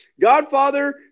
Godfather